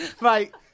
Right